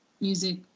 music